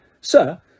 Sir